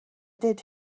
did